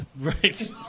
Right